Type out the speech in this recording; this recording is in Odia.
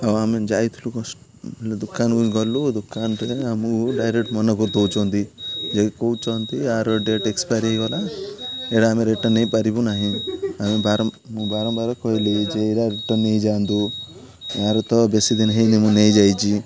ଆଉ ଆମେ ଯାଇଥିଲୁ ଦୋକାନକୁ ଗଲୁ ଦୋକାନରେ ଆମକୁ ଡ଼ାଇରେକ୍ଟ ମନେ କରିଦେଉଛନ୍ତି ଯେ କହୁଛନ୍ତି ଆର ଡ଼େଟ୍ ଏକ୍ସପାୟାର୍ ହୋଇଗଲା ଏଇଟା ଆମେ ରିଟର୍ନ ନେଇପାରିବୁ ନାହିଁ ମୁଁ ବାରମ୍ବାର କହିଲି ଯେ ଏଟା ରିଟର୍ନ ନେଇଯାଆନ୍ତୁ ଆର ତ ବେଶୀ ଦିନ ହୋଇନି ମୁଁ ନେଇଯାଇଛି